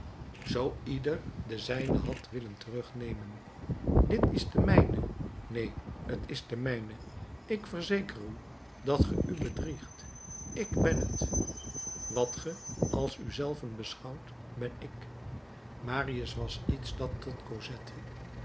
zoo ieder de zijne had willen terugnemen dit is de mijne neen t is de mijne ik verzeker u dat ge u bedriegt ik ben t wat ge als u zelven beschouwt ben ik marius was iets dat tot